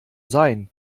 sein